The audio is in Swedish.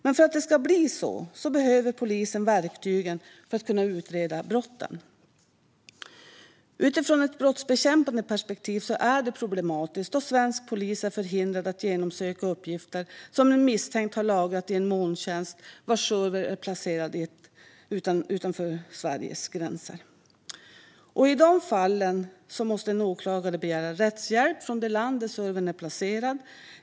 Men för att det ska bli så behöver polisen verktyg för att kunna utreda brotten. Utifrån ett brottsbekämpande perspektiv är det problematiskt då svensk polis är förhindrad att genomsöka uppgifter som en misstänkt har lagrat i en molntjänst vars server är placerad utanför Sveriges gränser. I dessa fall måste en åklagare begära rättshjälp från det land där servern är placerad.